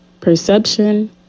perception